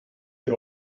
ihr